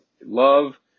love